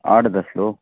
आठ दस लोग